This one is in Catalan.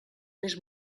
més